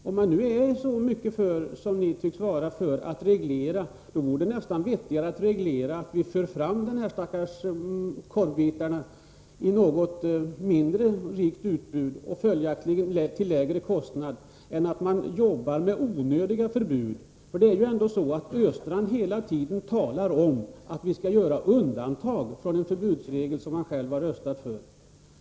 Om man nu är så mycket för att reglera som ni tycks vara, vore det vettigare att göra på så sätt att vi för fram de stackars korvbitarna på något färre ställen än nu — vettigare än att ha onödiga förbud. Olle Östrand talar här hela tiden om att vi skall göra undantag från en förbudsregel som han själv har röstat för.